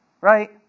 Right